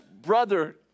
brother